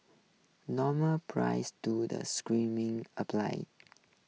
normal prices do the screenings apply